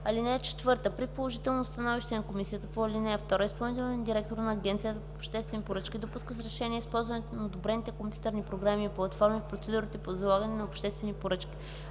ал. 2. (4) При положително становище на комисията по ал. 2 изпълнителният директор на Агенцията по обществени поръчки допуска с решение използването на одобрените компютърни програми и платформи в процедурите по възлагане на обществени поръчки.